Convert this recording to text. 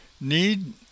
need